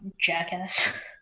jackass